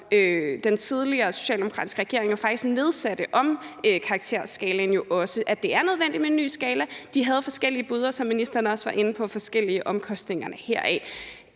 den tidligere socialdemokratiske regering faktisk nedsatte til at se på karakterskalaen, jo også, nemlig at det er nødvendigt med en ny skala. De havde forskellige bud og, som ministeren også var inde på, forskellige bud på omkostningerne heraf.